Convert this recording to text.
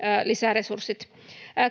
lisäresurssit